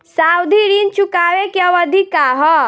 सावधि ऋण चुकावे के अवधि का ह?